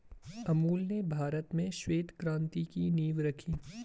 अमूल ने भारत में श्वेत क्रान्ति की नींव रखी